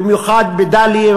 במיוחד בדאליה,